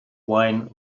wine